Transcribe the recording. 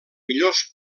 millors